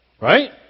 Right